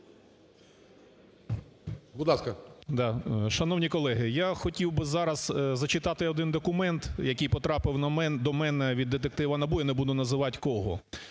Будь ласка.